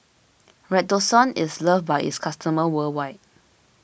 Redoxon is loved by its customers worldwide